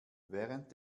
während